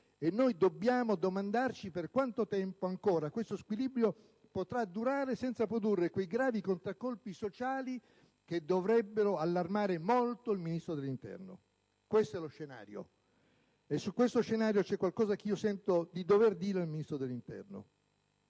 Dobbiamo domandarci per quanto tempo ancora questo squilibrio potrà durare senza produrre quei gravi contraccolpi sociali che dovrebbero allarmare molto il Ministro dell'interno. Questo è lo scenario. E su questo scenario c'è qualcosa che sento di dovere dire al Ministro. Credo,